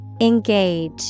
Engage